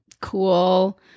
cool